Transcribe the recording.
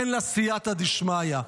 אין לה סיעתא דשמיא.